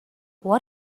what